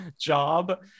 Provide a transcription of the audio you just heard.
job